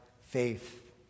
faith